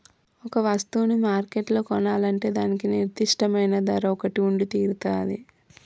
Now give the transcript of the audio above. ఒక వస్తువును మార్కెట్లో కొనాలంటే దానికి నిర్దిష్టమైన ధర ఒకటి ఉండితీరతాది